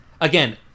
again